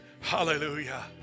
Hallelujah